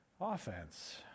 offense